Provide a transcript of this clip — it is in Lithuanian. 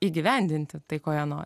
įgyvendinti tai ko jie no